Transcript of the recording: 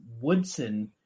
Woodson